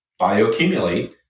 bioaccumulate